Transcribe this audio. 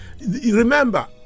Remember